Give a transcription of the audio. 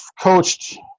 coached